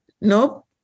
nope